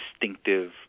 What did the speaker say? distinctive